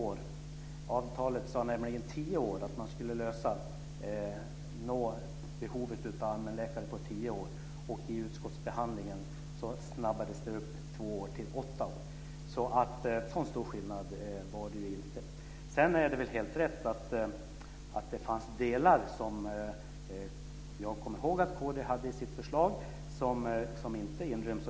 Enligt avtalet skulle man inom tio år kunna lösa behovet av allmänläkare, och i utskottsbehandlingen ändrades det till två år snabbare, åtta år. En så stor skillnad var det ju inte. Det är helt rätt att det fanns delar som jag kom ihåg att kd hade i sitt förslag men som inte inryms.